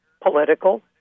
political